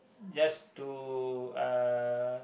just to uh